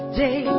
day